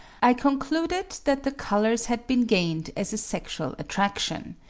i concluded that the colours had been gained as a sexual attraction.